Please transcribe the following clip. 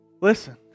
Listen